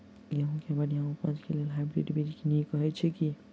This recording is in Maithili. गेंहूँ केँ बढ़िया उपज केँ लेल हाइब्रिड बीज नीक हएत अछि की?